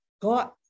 God